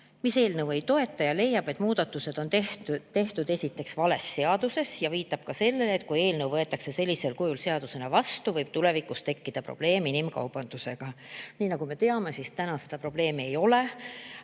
mis eelnõu ei toeta ja mis leiab, et muudatused on tehtud vales seaduses. Viidatakse ka sellele, et kui eelnõu võetakse sellisel kujul seadusena vastu, võib tulevikus tekkida probleem inimkaubandusega. Nagu me teame, siis praegu seda probleemi ei ole,